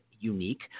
unique